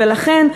ולכן,